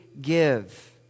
give